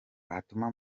fatuma